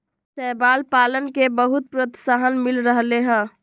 शैवाल पालन के बहुत प्रोत्साहन मिल रहले है